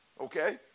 Okay